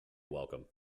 welcome